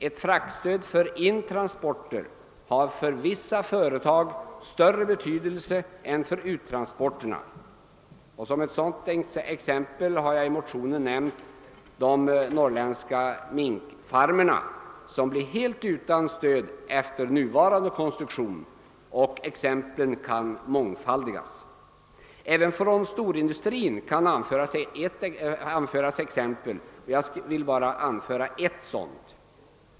Ett fraktstöd för intransporter har för vissa företag större betydelse än för uttransporterna. Som ett exempel härpå har jag i motionen nämnt de norrländska minkfarmerna som blir helt utan stöd efter nuvarande konstruktion. Exemplen kan mångfaldigas. Även från storindustrin kan anföras exempel. Jag vill anföra bara ett sådant.